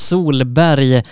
Solberg